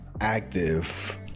active